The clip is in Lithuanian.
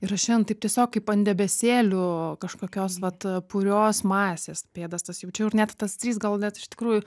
ir aš šiandien taip tiesiog kaip ant debesėlių kažkokios vat purios masės pėdas tas jaučiau ir net tas trys gal net iš tikrųjų